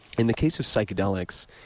in the case of psychedelics,